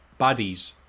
baddies